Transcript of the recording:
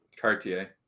Cartier